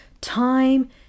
Time